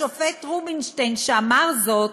השופט רובינשטיין, שאמר זאת,